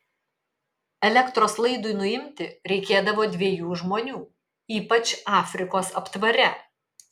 elektros laidui nuimti reikėdavo dviejų žmonių ypač afrikos aptvare